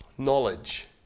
Knowledge